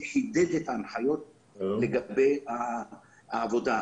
הוא חידד את ההנחיות לגבי העבודה.